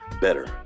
better